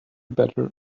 better